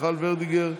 מיכל וולדיגר,